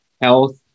health